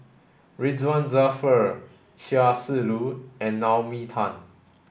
Ridzwan Dzafir Chia Shi Lu and Naomi Tan